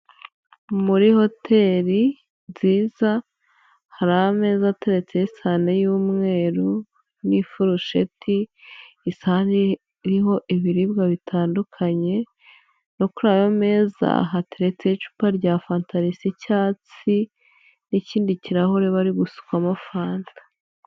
Muri hoteli nziza hari ameza ateretseho isahane y'umweru n'ifurusheti, isahani iriho ibiribwa bitandukanye no kuriyo meza hateretseho icupa rya fanta risa icyatsi n'ikindi kirahure bari gusukamo fanta.